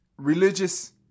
Religious